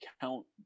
count